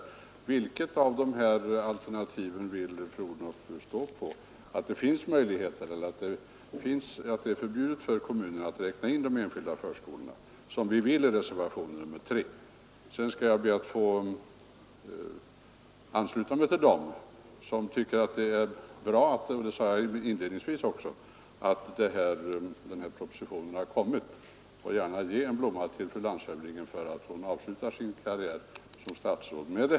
Jag vill fråga vilket av dessa alternativ fru Odhnoff står för: att det finns möjligheter eller att det är förbjudet för kommunerna att räkna in de enskilda förskolorna, vilket vi vill i reservationen 3 — och väntar svar på. Sedan skall jag be att få ansluta mig till dem som tycker att det är bra — det sade jag inledningsvis också — att propositionen har kommit och gärna ge en blomma till fru landshövdingen för att hon avslutar sin karriär som statsråd med den.